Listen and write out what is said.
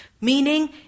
Meaning